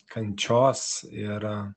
kančios ir